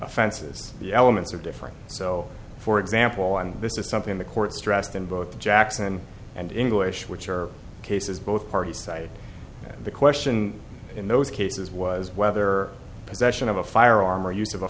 offenses the elements are different so for example and this is something the court stressed in both jackson and in english which are cases both parties cited the question in those cases was whether possession of a firearm or use of a